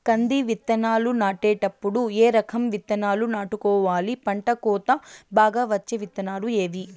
కంది విత్తనాలు నాటేటప్పుడు ఏ రకం విత్తనాలు నాటుకోవాలి, పంట కోత బాగా వచ్చే విత్తనాలు ఏవీ?